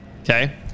Okay